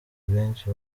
benshi